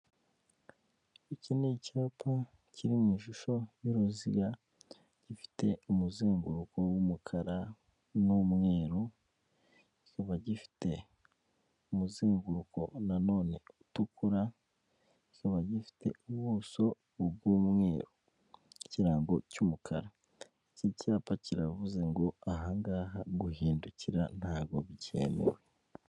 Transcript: Iki ni icyapa kiri mu ishusho y'uruziga, gifite umuzenguruko w'umukara n'umweru, kiba gifite umuzenguruko nanone utukura, kiba gifite ubuso bw'umweru, ikirango cy'umukara. Iki cyapa kiravuze ngo aha ngaha guhindukira ntabwo byemewe.